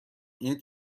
این